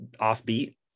offbeat